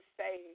say